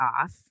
off